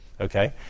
okay